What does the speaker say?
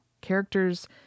Characters